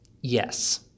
yes